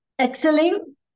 excelling